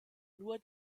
nur